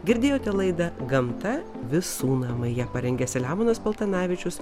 girdėjote laidą gamta visų namai jie parengė selemonas paltanavičius